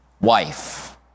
wife